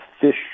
fish